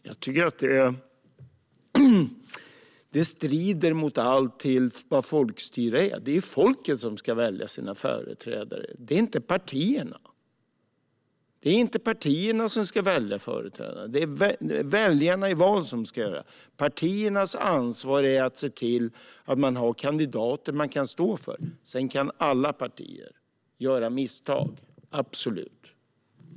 Jag tycker att det strider mot allt vad folkstyre är. Det är inte partierna som ska välja företrädare; det är väljarna i val som ska göra det. Partiernas ansvar är att se till att man har kandidater som man kan stå för. Sedan kan alla partier göra misstag, absolut.